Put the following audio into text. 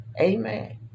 Amen